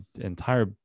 entire